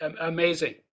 amazing